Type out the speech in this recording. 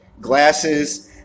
glasses